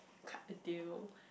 cut the deal